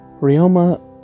Ryoma